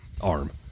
arm